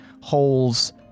holes